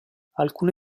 alcune